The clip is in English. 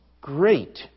great